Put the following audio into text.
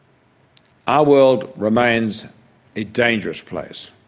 our world remains a dangerous place.